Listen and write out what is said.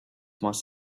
must